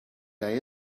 day